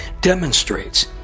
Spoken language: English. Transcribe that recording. demonstrates